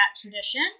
tradition